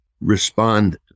respond